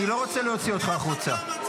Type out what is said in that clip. זו הצעה שלך.